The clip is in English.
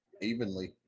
evenly